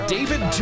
David